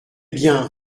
bien